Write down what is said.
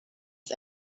ist